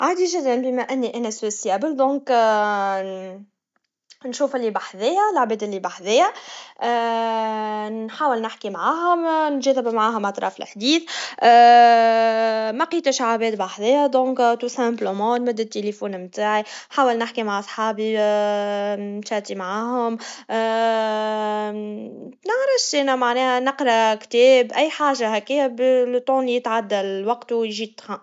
عادي, جداً بما أني أنا سواسيا بول دونك نشوف اللي بحذاياا العباد اللي بحذايا, نحاول نحكي معاه, نتجاذب معاهم أطراف الحديث, ملقيتش عباد بحذايا دونك